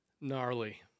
gnarly